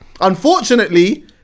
Unfortunately